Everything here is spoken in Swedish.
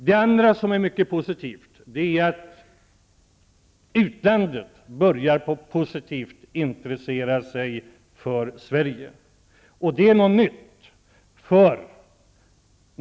Det andra som är mycket tillfredsställande är att utlandet börjar intressera sig positivt för Sverige. Det är något nytt.